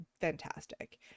fantastic